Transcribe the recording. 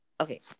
okay